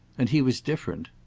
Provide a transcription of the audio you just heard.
and he was different.